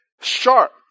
sharp